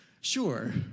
Sure